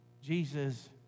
Jesus